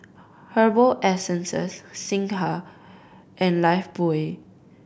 Herbal Essences Singha and Lifebuoy